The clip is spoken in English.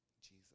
Jesus